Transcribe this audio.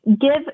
give